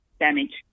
damage